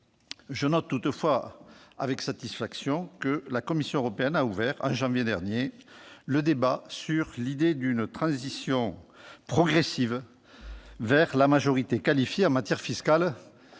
Je note toutefois avec satisfaction que la Commission européenne a ouvert, en janvier dernier, le débat sur l'idée d'une transition progressive vers la majorité qualifiée en matière fiscale,